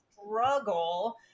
struggle